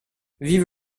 vive